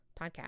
podcast